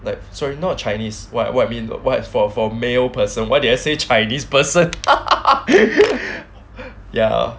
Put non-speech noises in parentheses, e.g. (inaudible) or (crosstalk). like sorry not chinese what what I mean wide for for male person why did I say chinese person (laughs) ya